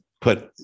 put